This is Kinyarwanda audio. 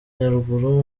nyaruguru